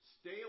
Stay